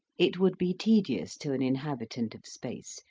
it would be tedious to an inhabitant of space,